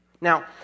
Now